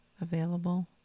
available